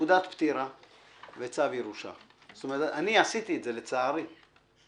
תעודת פטירה וצו ירושה אני עשיתי את זה, לצערי.